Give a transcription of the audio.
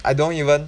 I don't even